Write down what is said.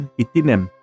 itinem